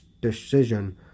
decision